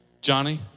Johnny